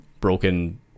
broken